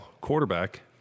quarterback